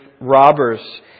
robbers